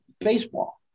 Baseball